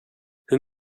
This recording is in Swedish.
hur